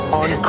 on